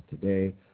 today